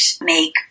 make